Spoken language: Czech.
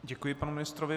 Děkuji panu ministrovi.